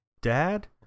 dad